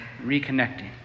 reconnecting